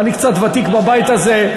אני קצת ותיק בבית הזה,